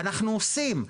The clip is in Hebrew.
אנחנו עושים,